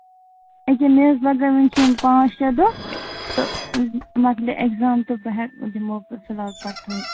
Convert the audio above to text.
اَچھا مےٚ حظ ٲس پَتاہ وُنہِ چھِ پانٛژھ شیٚے دۄہ تہٕ مۄکلہِ ایٚکزام تہٕ بہٕ ہیٚکہٕ تہٕ دِمو بہٕ فِلحال تُہۍ